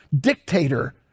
dictator